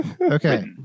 Okay